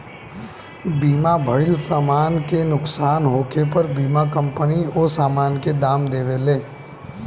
बीमा भइल समान के नुकसान होखे पर बीमा कंपनी ओ सामान के दाम देवेले